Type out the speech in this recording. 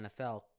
NFL